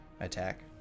Attack